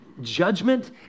judgment